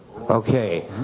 Okay